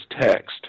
text